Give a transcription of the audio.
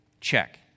check